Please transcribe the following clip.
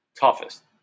toughest